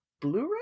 Blu-ray